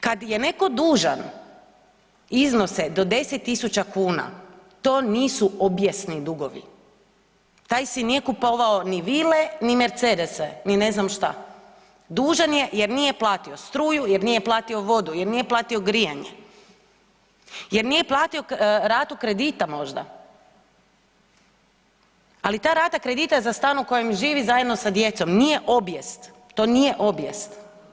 Kad je neko dužan iznose do 10.000 kuna, to nisu obijesni dugovi, taj si nije kupovao ni vile, ni Mercedese, ni ne znam šta, dužan je jer nije platio struju, jer nije platio vodu, jer nije platio grijanje, jer nije platio ratu kredita možda, ali ta rata kredita je za stan u kojem živi zajedno sa djecom, nije obijest, to nije obijest.